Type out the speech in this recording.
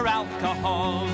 alcohol